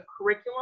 curriculum